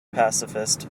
pacifist